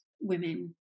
women